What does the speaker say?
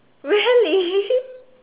really